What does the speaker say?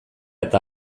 eta